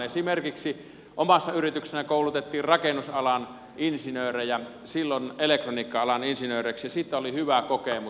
esimerkiksi omassa yrityksessäni koulutettiin rakennusalan insinöörejä silloin elektroniikka alan insinööreiksi ja siitä oli hyvä kokemus